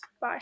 Bye